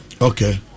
Okay